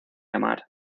amar